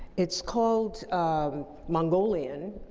it's called um mongolian.